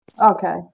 Okay